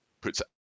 puts